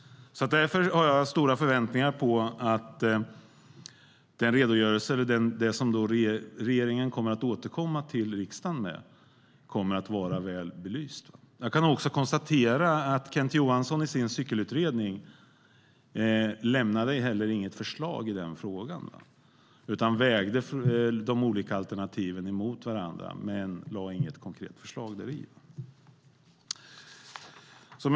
Därför har jag stora förväntningar på att det som regeringen kommer att återkomma till riksdagen med kommer att vara väl belyst. Jag kan också konstatera att Kent Johansson i sin cykelutredning inte heller lämnade något förslag i den frågan utan vägde de olika alternativen mot varandra. Något konkret förslag lades inte fram.